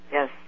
Yes